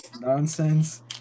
nonsense